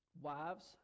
wives